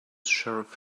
sheriff